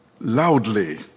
loudly